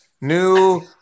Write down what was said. New